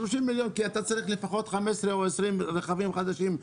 30 מיליון כי אתה צריך לפחות 15 או 20 רכבים חדשים,